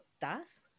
das